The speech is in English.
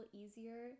easier